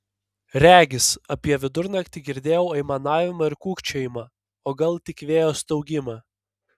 regis apie vidurnaktį girdėjau aimanavimą ir kūkčiojimą o gal tik vėjo staugimą